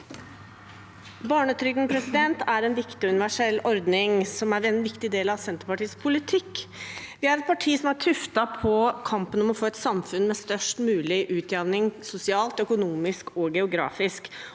Barnetryg- den er en viktig og universell ordning som er en viktig del av Senterpartiets politikk. Vi er et parti som er tuftet på kampen om å få et samfunn med størst mulig utjevning sosialt, økonomisk og geografisk.